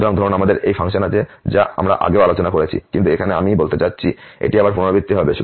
সুতরাং ধরুন আমাদের এই ফাংশন আছে যা আমরা আগেও আলোচনা করেছি কিন্তু এখানে আমি বলতে চাচ্ছি এটি আবার পুনরাবৃত্তি হবে